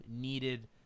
needed